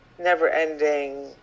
never-ending